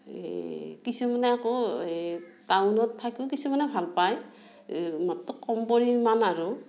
এই কিছুমানে আকৌ এই টাউনত থাকিও কিছুমানে ভাল পায় মাত্ৰ কম পৰিমাণ আৰু